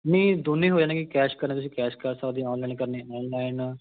ਨਹੀਂ ਦੋਨੇ ਹੋ ਜਾਣਗੇ ਕੈਸ਼ ਕਰਨੇ ਤੁਸੀਂ ਕੈਸ਼ ਕਰ ਸਕਦੇ ਹੋ ਔਨਲਾਈਨ ਕਰਨੇ ਔਨਲਾਈਨ